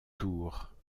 tours